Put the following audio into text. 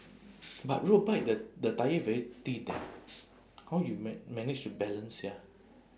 but road bike the the tyre very thin eh how you ma~ manage to balance sia